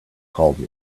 called